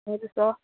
हजुर सर